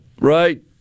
right